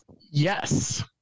Yes